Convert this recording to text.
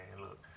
look